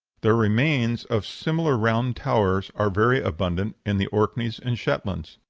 the remains of similar round-towers are very abundant in the orkneys and shetlands.